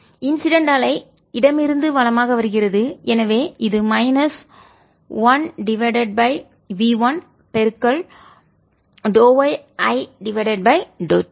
incident அலை இடமிருந்து வலமாக வருகிறது எனவே இது minus 1 V 1y I t